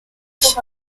cye